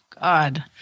God